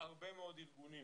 הרבה מאוד ארגונים